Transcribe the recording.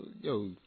yo